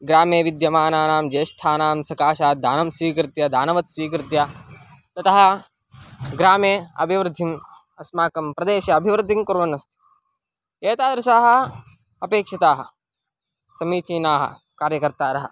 ग्रामे विद्यमानानां ज्येष्ठानां सकाशात् दानं स्वीकृत्य दानवत् स्वीकृत्य ततः ग्रामे अभिवृद्धिम् अस्माकं प्रदेशे अभिवृद्धिं कुर्वन्नस्ति एतादृशाः अपेक्षिताः समीचीनाः कार्यकर्तारः